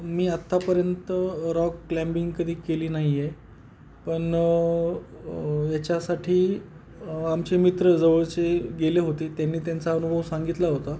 मी आत्तापर्यंत rock climbing कधी केली नाही आहे पण याच्यासाठी आमचे मित्र जवळचे गेले होते त्यांनी त्यांचा अनुभव सांगितला होता